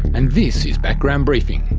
and this is background briefing.